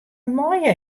meie